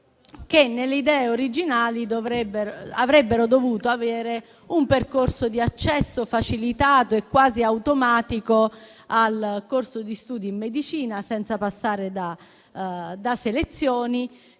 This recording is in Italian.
che nelle idee originali avrebbero dovuto avere un accesso facilitato e quasi automatico al corso di studi in medicina, senza passare per selezioni.